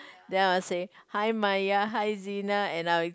then I will say hi Mya hi Zyan and I